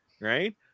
right